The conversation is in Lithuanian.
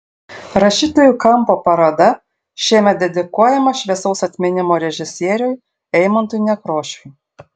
rašytojų kampo paroda šiemet dedikuojama šviesaus atminimo režisieriui eimuntui nekrošiui